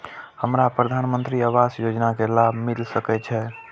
हमरा प्रधानमंत्री आवास योजना के लाभ मिल सके छे?